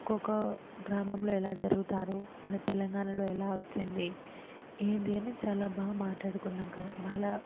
ఒక్కొక్క గ్రామంలో ఎలా జరుపుతారు మన తెలంగాణలో ఎలా వచ్చింది ఏంది అనేది చాలా భాగా మాట్లాడుకున్నాం కదా బాల